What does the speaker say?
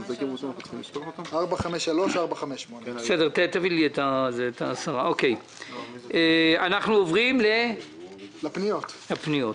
453-458. אנחנו עוברים לפניות.